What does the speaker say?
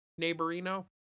Neighborino